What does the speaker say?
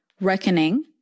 reckoning